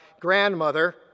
grandmother